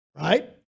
right